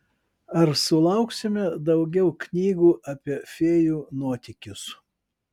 ar sulauksime daugiau knygų apie fėjų nuotykius